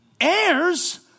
Heirs